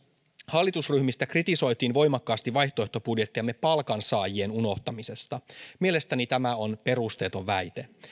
hallitusryhmistä kritisoitiin voimakkaasti vaihtoehtobudjettiamme palkansaajien unohtamisesta mielestäni tämä on perusteeton väite